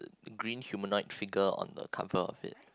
green humanoid trigger on the cover of it